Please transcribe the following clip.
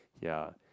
ya